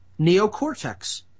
neocortex